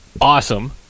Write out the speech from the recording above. awesome